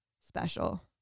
special